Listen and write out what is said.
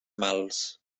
mals